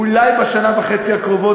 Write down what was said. אולי בשנה וחצי הקרובה,